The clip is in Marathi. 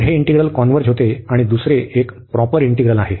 तर हे इंटिग्रल कॉन्व्हर्ज होते आणि दुसरे एक प्रॉपर इंटिग्रल आहे